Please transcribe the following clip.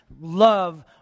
love